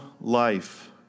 life